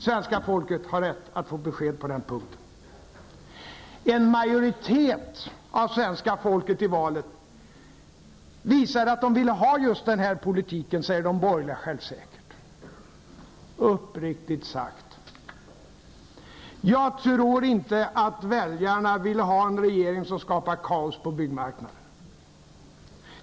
Svenska folket har rätt att få besked på den punkten. En majoritet av svenska folket visade i valet att de ville ha just den här politiken, säger de borgerliga självsäkert. Uppriktigt sagt: Jag tror inte att väljarna ville ha en regering som skapar kaos på byggmarknaden.